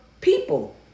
people